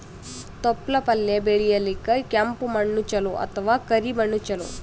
ತೊಪ್ಲಪಲ್ಯ ಬೆಳೆಯಲಿಕ ಕೆಂಪು ಮಣ್ಣು ಚಲೋ ಅಥವ ಕರಿ ಮಣ್ಣು ಚಲೋ?